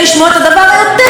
היותר-מסית,